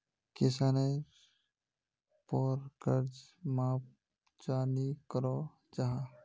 किसानेर पोर कर्ज माप चाँ नी करो जाहा?